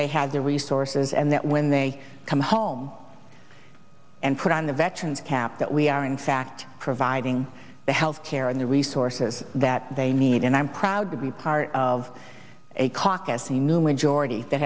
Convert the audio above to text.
they have the resources and that when they come home and put on the veterans cap that we are in fact providing the health care and the resources that they need and i'm proud to be part of a